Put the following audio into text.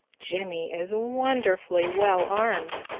jimmy is wonderfully well armed,